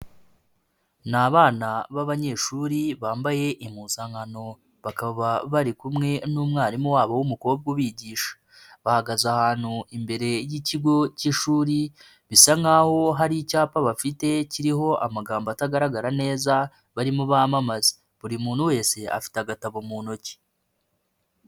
Ni abana b'abanyeshuri bambaye impusankano, bakaba bari kumwe n'umwarimu wabo w'umukobwa ubigisha, bahagaze ahantu imbere y'ikigo cy'ishuri, bisa nkaho hari icyapa bafite kiriho amagambo atagaragara neza, barimo bamamaza, buri muntu wese afite agatabo mu ntoki.